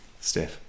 Steph